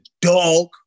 dog